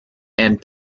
and